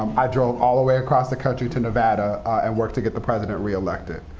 um i drove all the way across the country to nevada and worked to get the president reelected.